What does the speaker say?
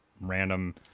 random